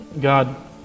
God